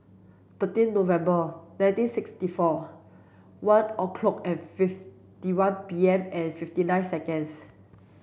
thirteen November nineteen sixty four one o'clock and fifty one P M and fifty nine seconds